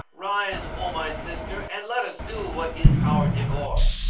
rise, o my sister and let us do what is our devoir.